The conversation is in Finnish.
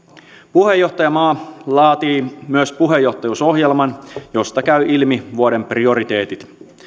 puheenjohtajamaa laatii myös puheenjohtajuusohjelman josta käy ilmi vuoden prioriteetit